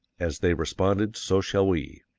as they responded, so shall we.